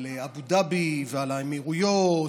על אבו דאבי ועל האמירויות